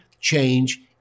change